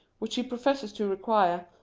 which he professes to require,